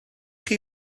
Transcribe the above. chi